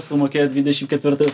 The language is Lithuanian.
sumokėjo dvidešim ketvirtais